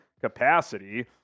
capacity